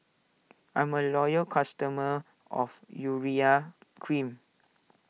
I'm a loyal customer of Urea Cream